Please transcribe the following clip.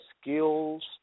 skills